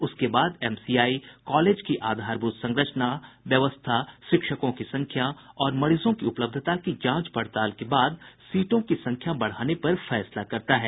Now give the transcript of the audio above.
उसके बाद MCI college की आधारभूत संरचना व्यवस्था शिक्षकों की संख्या और मरीजों की उपलब्धता की जांच पड़ताल के बाद सीटों की संख्या बढ़ाने पर फैसला करता है